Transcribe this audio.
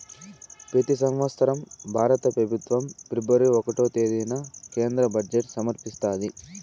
పెతి సంవత్సరం భారత పెబుత్వం ఫిబ్రవరి ఒకటో తేదీన కేంద్ర బడ్జెట్ సమర్పిస్తాది